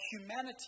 humanity